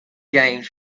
games